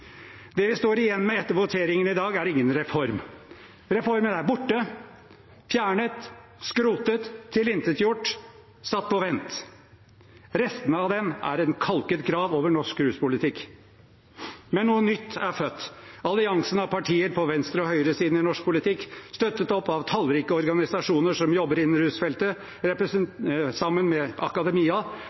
Det vi står igjen med etter voteringen i dag, er ingen reform. Reformen er borte, fjernet, skrotet, tilintetgjort, satt på vent. Restene av den er en kalket grav over norsk ruspolitikk. Men noe nytt er født. Alliansen av partier på venstre- og høyresiden i norsk politikk, støttet opp av tallrike organisasjoner som jobber innen rusfeltet, sammen med akademia,